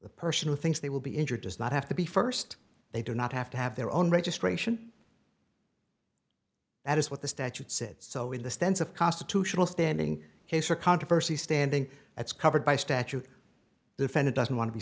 the person who thinks they will be injured does not have to be st they do not have to have their own registration that is what the statute said so in the sense of constitutional standing his or controversy standing that's covered by statute defendant doesn't want to be